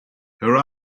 her